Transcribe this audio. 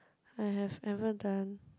I have ever done